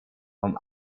vom